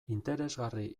interesgarri